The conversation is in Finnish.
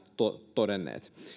todenneet